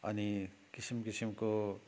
अनि किसिम किसिमको